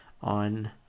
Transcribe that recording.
on